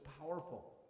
powerful